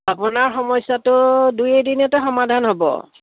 আপোনাৰ সমস্যাটো দুই এদিনতে সমাধান হ'ব